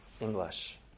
English